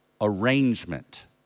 arrangement